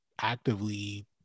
actively